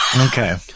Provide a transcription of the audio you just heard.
Okay